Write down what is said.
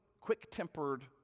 quick-tempered